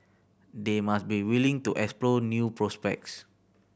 they must be willing to explore new prospects